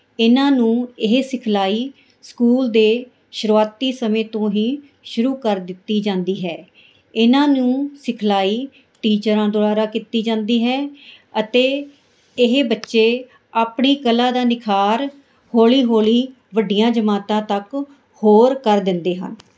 ਇਹਨਾਂ ਨੂੰ ਇਹ ਸਿਖਲਾਈ ਸਕੂਲ ਦੇ ਸ਼ੁਰੂਆਤੀ ਸਮੇਂ ਤੋਂ ਹੀ ਸ਼ੁਰੂ ਕਰ ਦਿੱਤੀ ਜਾਂਦੀ ਹੈ ਇਹਨਾਂ ਨੂੰ ਸਿਖਲਾਈ ਟੀਚਰਾਂ ਦੁਆਰਾ ਕੀਤੀ ਜਾਂਦੀ ਹੈ ਅਤੇ ਇਹ ਬੱਚੇ ਆਪਣੀ ਕਲਾ ਦਾ ਨਿਖਾਰ ਹੌਲੀ ਹੌਲੀ ਵੱਡੀਆਂ ਜਮਾਤਾਂ ਤੱਕ ਹੋਰ ਕਰ ਦਿੰਦੇ ਹਨ